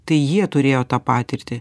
tai jie turėjo tą patirtį